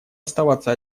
оставаться